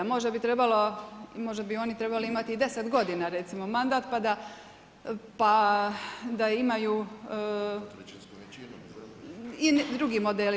Možda bi trebalo i možda bi oni trebali imati i 10 godina recimo mandat, pa da imaju i drugi modeli.